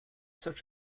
such